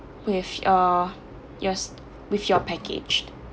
with uh yours with your package